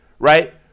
right